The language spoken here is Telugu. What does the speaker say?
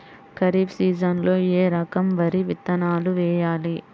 ఖరీఫ్ సీజన్లో ఏ రకం వరి విత్తనాలు వేయాలి?